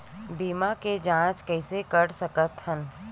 बीमा के जांच कइसे कर सकत हन?